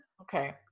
okay